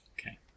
Okay